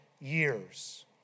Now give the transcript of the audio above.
years